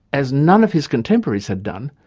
as none of his contemporaries had done,